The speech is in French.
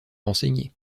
renseigner